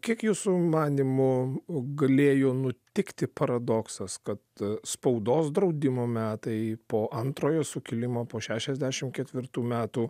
kiek jūsų manymu galėjo nutikti paradoksas kad spaudos draudimo metai po antrojo sukilimo po šešiasdešim ketvirtų metų